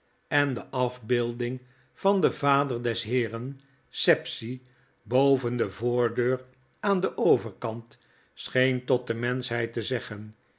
en de afbeelding van den vader des heeren sapsea boven de voordeur aan den overkant scheen tot de menschheid te zeggen